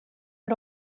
are